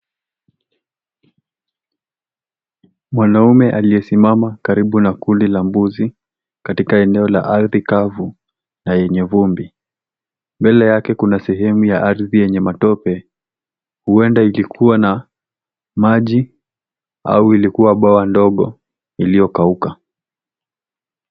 Mwanaume aliyesimama karibu na kundi la mbuzi katika eneo la ardhi kavu na yenye vumbi. Mbele yake kuna sehemu ya ardhi yenye matope huenda ikikua na maji au ilikua bwawa ndogo iliyokauka.